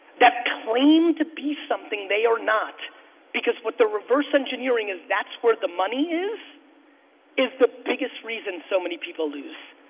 that claim to be something they are not because what they're reverse engineering is that's where the money is is the biggest reason so many people lose.